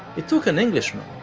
it took an englishman,